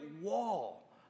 wall